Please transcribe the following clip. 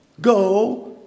Go